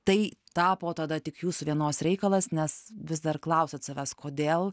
tai tapo tada tik jūsų vienos reikalas nes vis dar klausiat savęs kodėl